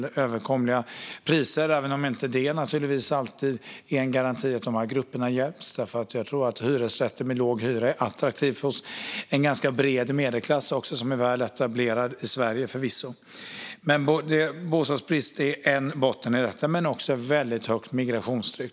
Förekomsten av sådana är dock naturligtvis inte alltid en garanti för att de här grupperna hjälps; jag tror att hyresrätter med låg hyra är attraktiva även för den ganska breda medelklass som förvisso är väl etablerad i Sverige. En annan orsak är ett väldigt högt migrationstryck.